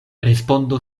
respondo